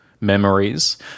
memories